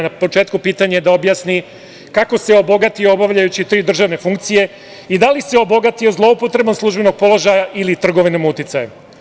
Na početku, pitanje da objasni kako se obogatio obavljajući tri državne funkcije i da li se obogatio zloupotrebom službenog položaja ili trgovinom uticajem?